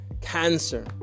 cancer